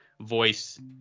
voice